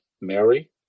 Mary